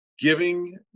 Giving